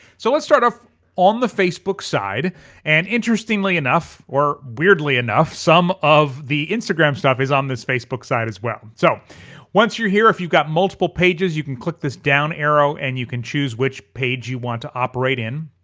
so let's start off on the facebook side and interestingly enough, or weirdly enough, some of the instagram stuff is on this facebook side as well. so once you're here, if you've got multiple pages you can click this down arrow and you can choose which page you want to operate in.